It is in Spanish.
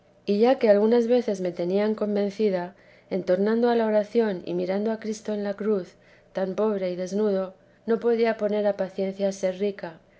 y ya que algunas veces me tenían convencida en tornando a la oración y mirando a cristo en la cruz tan pobre y desnudo no podía poner a paciencia ser rica